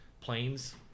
planes